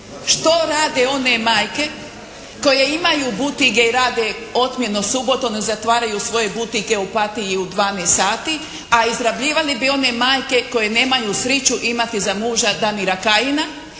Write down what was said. što rade one majke koje imaju butige i rade otmjeno subotom, zatvaraju svoje butige u Opatiji u 12 sati, a izrabljivali bi one majke koje nemaju sriće imati za muža Damira Kajina